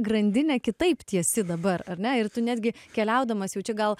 grandinę kitaip tiesi dabar ar ne ir tu netgi keliaudamas jau čia gal